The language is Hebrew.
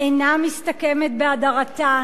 אינה מסתכמת בהדרתן.